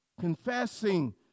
Confessing